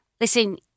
listen